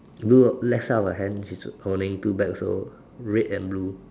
blue left side of her hand she's holding two bags also red and blue